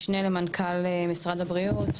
משנה למנכ"ל משרד הבריאות.